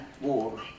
war